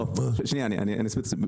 שנייה אני אסביר את עצמי,